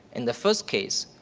in the first case,